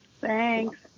Thanks